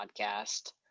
podcast